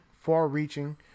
far-reaching